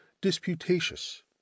disputatious